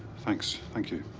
thanks. thank you.